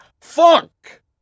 Funk